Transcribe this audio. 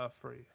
free